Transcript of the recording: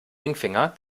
ringfinger